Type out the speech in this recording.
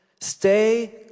stay